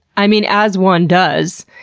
i mean, as one does.